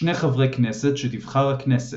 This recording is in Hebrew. שני חברי כנסת שתבחר הכנסת.